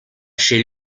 chez